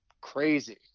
crazy